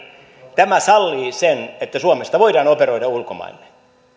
tämä sallii sen että suomesta voidaan operoida ulkomaille